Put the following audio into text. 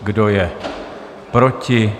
Kdo je proti?